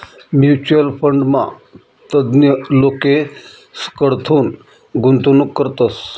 mutual फंडमा तज्ञ लोकेसकडथून गुंतवणूक करतस